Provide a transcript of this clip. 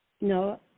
No